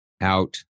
out